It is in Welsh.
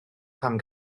pan